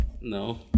No